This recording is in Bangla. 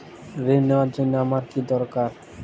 ঋণ নেওয়ার জন্য আমার কী দরকার?